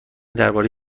درباره